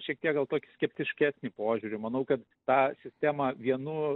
šiek tiek gal tokį skeptiškesnį požiūrį manau kad tą sistemą vienu